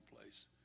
place